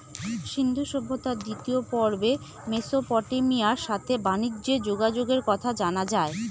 সিন্ধু সভ্যতার দ্বিতীয় পর্বে মেসোপটেমিয়ার সাথে বানিজ্যে যোগাযোগের কথা জানা যায়